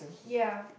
ya